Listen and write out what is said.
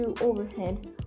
overhead